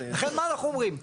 לכן מה אנחנו אומרים?